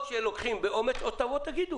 או שלוקחים באומץ או תבואו ותאמרו